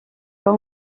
pas